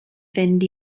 fynd